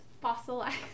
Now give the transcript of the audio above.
fossilized